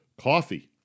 coffee